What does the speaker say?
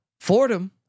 Fordham